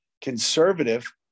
conservative